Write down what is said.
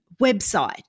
website